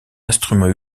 instrument